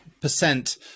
percent